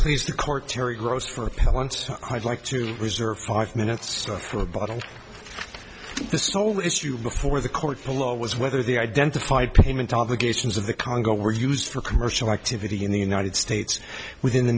please the court terry gross for once for i'd like to reserve five minutes stuff for a bottle the sole issue before the court below was whether the identified payment obligations of the congo were used for commercial activity in the united states within the